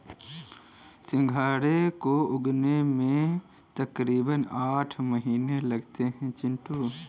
सिंघाड़े को उगने में तकरीबन आठ महीने लगते हैं चिंटू